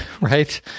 right